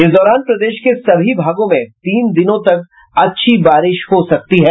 इस दौरान प्रदेश के सभी भागों में तीन दिनों तक अच्छी बारिश हो सकती है